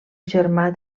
germà